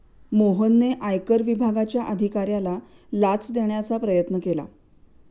मोहनने आयकर विभागाच्या अधिकाऱ्याला लाच देण्याचा प्रयत्न केला